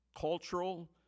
cultural